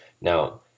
Now